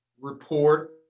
report